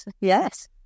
Yes